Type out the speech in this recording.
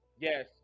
yes